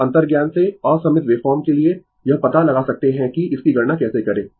तो अंतर्ज्ञान से असममित वेवफॉर्म के लिए यह पता लगा सकते है कि इसकी गणना कैसे करें